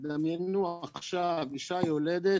דמיינו עכשיו אישה יולדת,